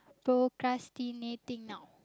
procrastinating now